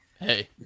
Hey